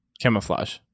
Camouflage